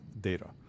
data